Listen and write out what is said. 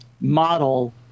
model